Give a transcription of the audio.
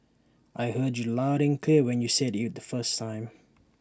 I heard you loud and clear when you said IT the first time